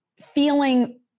feeling